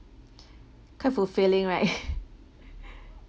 quite fulfilling right